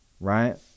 right